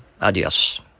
Adios